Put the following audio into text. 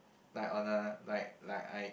like on a like like I